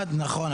נכון.